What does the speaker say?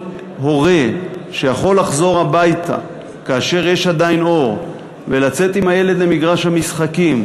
הורה שיכול לחזור הביתה כאשר יש עדיין אור ולצאת עם הילד למגרש המשחקים,